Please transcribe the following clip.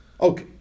Okay